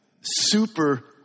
Super